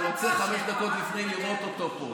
אני רוצה חמש דקות לפני לראות אותו פה.